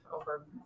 over